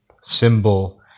symbol